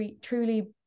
truly